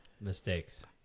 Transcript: Mistakes